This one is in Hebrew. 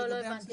לא הבנתי.